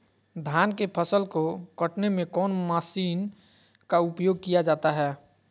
धान के फसल को कटने में कौन माशिन का उपयोग किया जाता है?